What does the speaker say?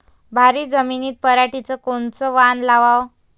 भारी जमिनीत पराटीचं कोनचं वान लावाव?